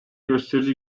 gösterici